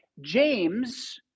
James